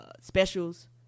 specials